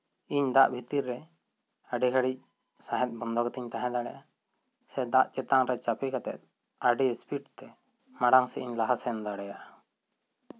ᱤᱧ ᱫᱟᱜ ᱵᱷᱤᱛᱤᱨ ᱨᱮ ᱟᱹᱰᱤ ᱜᱷᱟᱹᱲᱤᱡ ᱥᱟᱸᱦᱮᱫ ᱵᱚᱱᱫᱚ ᱠᱟᱛᱮᱧ ᱛᱟᱦᱮᱸ ᱫᱟᱲᱮᱭᱟᱜᱼᱟ ᱥᱮ ᱫᱟᱜ ᱪᱮᱛᱟᱱ ᱨᱮ ᱪᱟᱯᱮ ᱠᱟᱛᱮ ᱟᱹᱰᱤ ᱥᱯᱤᱰ ᱛᱮ ᱢᱟᱬᱟᱝ ᱥᱮᱫ ᱤᱧ ᱞᱟᱦᱟ ᱥᱮᱱ ᱫᱟᱲᱮᱭᱟᱜᱼᱟ